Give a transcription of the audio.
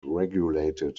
regulated